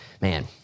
man